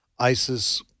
ISIS